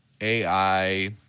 AI